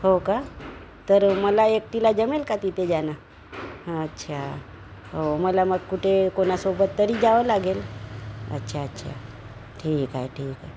हो का तर मला एकटीला जमेल का तिथे जाणं हां अच्छा हो मला मग कुठे कोणासोबत तरी जावं लागेल अच्छा अच्छा ठीक आहे ठीक आहे